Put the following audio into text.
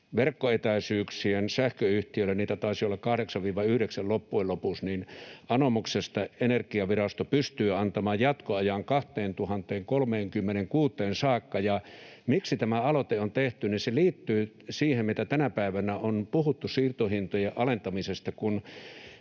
verkkoetäisyyksien sähköyhtiöille — niitä taisi olla 8—9 loppujen lopuksi — anomuksesta Energiavirasto pystyy antamaan jatkoajan vuoteen 2036 saakka. Miksi tämä aloite on tehty? Se liittyy siihen, mitä tänä päivänä on puhuttu siirtohintojen alentamisesta.